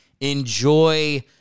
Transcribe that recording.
enjoy